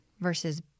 versus